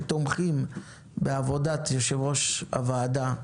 שתומכים בעבודת יושב-ראש הוועדה,